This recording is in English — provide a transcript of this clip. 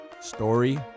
story